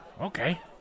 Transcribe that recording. Okay